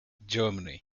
germany